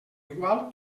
igual